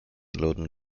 loudoun